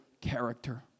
character